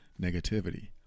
negativity